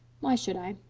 why should i?